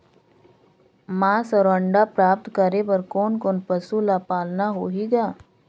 मांस अउ अंडा प्राप्त करे बर कोन कोन पशु ल पालना होही ग?